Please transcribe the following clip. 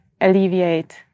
alleviate